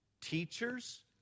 teachers